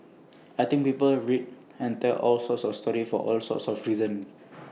I think people read and tell all sorts of stories for all sorts of reasons